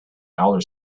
outer